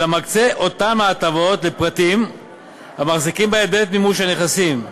אלא מקצה את אותן ההטבות לפרטים המחזיקים בה בעת מימוש הנכסים.